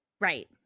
right